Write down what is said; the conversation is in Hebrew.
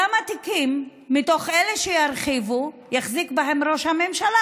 בכמה תיקים מתוך אלה שירחיבו יחזיק ראש הממשלה,